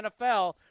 NFL